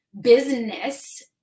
business